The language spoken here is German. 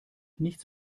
nichts